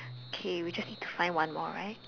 K we just need to find one more right